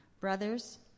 Brothers